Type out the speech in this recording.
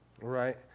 Right